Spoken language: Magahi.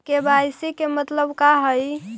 के.वाई.सी के मतलब का हई?